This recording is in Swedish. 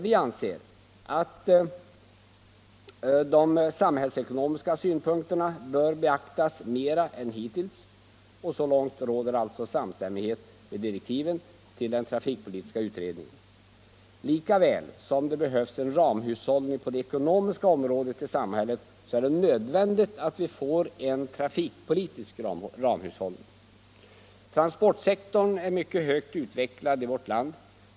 Vi anser att de samhällsekonomiska synpunkterna bör beaktas mera än hittills. Så långt råder alltså samstämmighet med direktiven till den trafikpolitiska utredningen. Lika väl som det behövs en ramhushållning på det ekonomiska området i samhället är det nödvändigt att vi får en trafikpolitisk ramhushållning. Transportsektorn är mycket högt utvecklad i vårt land.